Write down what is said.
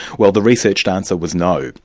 well the researched answer was no.